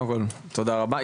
תודה רבה.